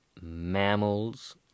mammals